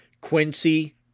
quincy